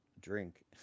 drink